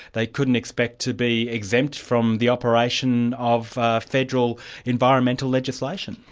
they couldn't expect to be exempt from the operation of federal environmental legislation.